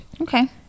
okay